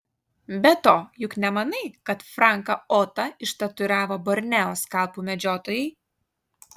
be to juk nemanai kad franką otą ištatuiravo borneo skalpų medžiotojai